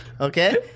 Okay